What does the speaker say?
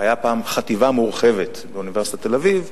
היתה פעם חטיבה מורחבת באוניברסיטת תל-אביב,